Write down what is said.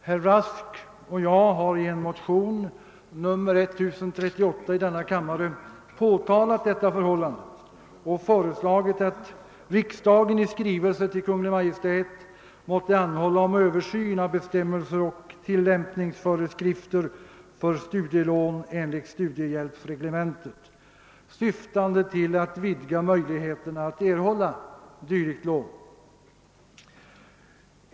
Herr Rask och jag har i en motion nr 1038 i denna kammare påtalat detta förhållande och föreslagit, att riksdagen i skrivelse till Kungl. Maj:t måtte anhålla om översyn av bestämmelser och tillämpningsföreskrifter för studielån enligt studiehjälpsreglementet syftande till att vidga möjligheterna till att erhålla dylikt lån.